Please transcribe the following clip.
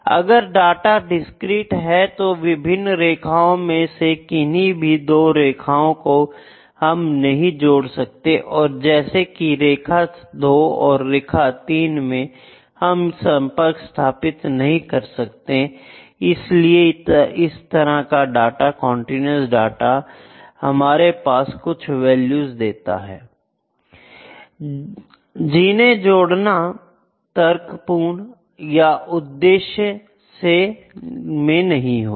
अगर data discrete है तो विभिन्न रेखाओं में से किन्ही भी दो रेखाओं को हम नहीं जोड़ सकते हैं जैसे कि रेखा दो और रेखा 3 मे हम संपर्क स्थापित नहीं कर सकते इसी तरह कंटीन्यूअस डाटा में हमारे पास कुछ वैल्यूज होती हैं I जीने जोड़ना तर्कपूर्ण एवं उद्देश्य नहीं होता